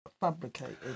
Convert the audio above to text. fabricated